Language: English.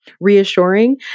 reassuring